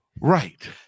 Right